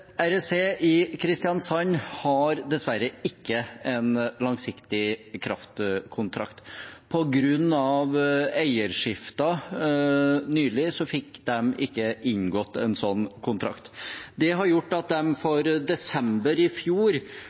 i Kristiansand har dessverre ikke en langsiktig kraftkontrakt. På grunn av eierskifte nylig fikk de ikke inngått en sånn kontrakt. Det har gjort at de for desember i fjor